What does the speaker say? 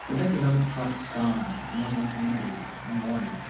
with their beloved prophet gone, the muslim community, in mourning,